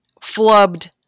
flubbed